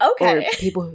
okay